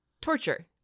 torture